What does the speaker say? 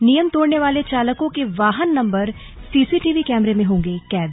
नियम तोड़ने वाले चालकों के वाहन नंबर सीसीटीवी कैमरे में होंगे कैद